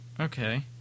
Okay